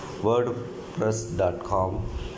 wordpress.com